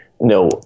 no